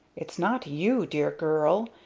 it's not you, dear girl!